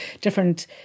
different